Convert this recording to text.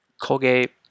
Colgate